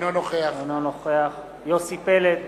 אינו נוכח יוסי פלד,